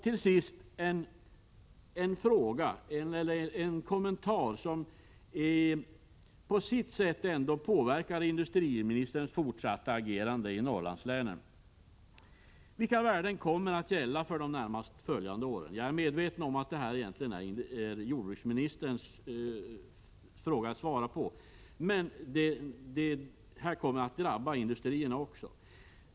Till sist en kommentar som på sitt sätt ändå påverkar industriministerns fortsatta agerande i Norrlandslänen: Vilka regler kommer att gälla för de närmast följande åren? Jag är medveten om att det här egentligen är en fråga för jordbruksministern, men detta kommer att drabba industrierna också.